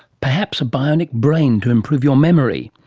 perhaps a bionic brain to improve your memory.